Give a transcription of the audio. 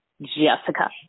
Jessica